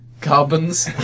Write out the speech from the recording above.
Carbons